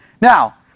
Now